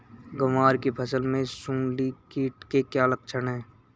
ग्वार की फसल में सुंडी कीट के क्या लक्षण है?